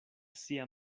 sia